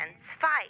fight